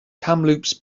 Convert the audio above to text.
kamloops